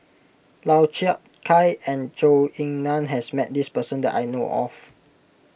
Lau Chiap Khai and Zhou Ying Nan has met this person that I know of